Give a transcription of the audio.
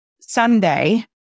Sunday